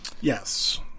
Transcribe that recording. Yes